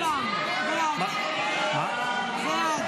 הסתייגות 4 לא נתקבלה לא ללכת אחורה, אנא, חברת